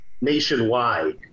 nationwide